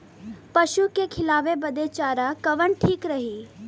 पशु के खिलावे बदे चारा कवन ठीक रही?